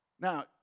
Now